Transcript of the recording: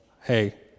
hey